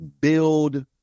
build